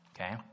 Okay